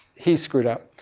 he screwed up.